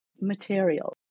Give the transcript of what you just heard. material